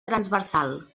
transversal